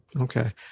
okay